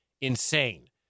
insane